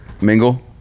mingle